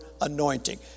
anointing